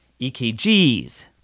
EKGs